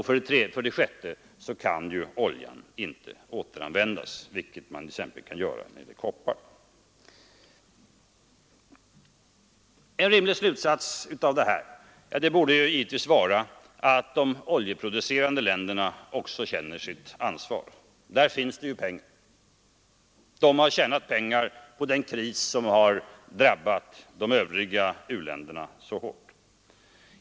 För det sjätte kan olja inte återanvändas; däremot kan man återanvända t.ex. koppar. En rimlig slutsats av detta borde naturligtvis vara att de oljeproducerande länderna också tar sitt ansvar. Där finns pengar. De har tjänat pengar på den kris som drabbat de övriga u-länderna mycket hårt.